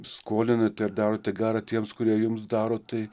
skolinate ir darote gera tiems kurie jums daro tai